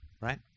right